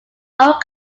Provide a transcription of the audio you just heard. own